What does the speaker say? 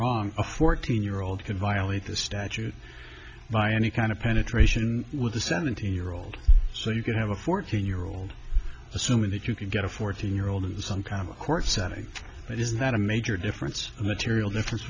wrong a fourteen year old can violate the statute by any kind of penetration with the seventeen year old so you can have a fourteen year old assuming that you can get a fourteen year old in some kind of court setting is that a major difference a material difference